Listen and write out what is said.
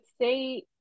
say